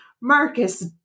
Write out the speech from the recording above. Marcus